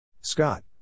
Scott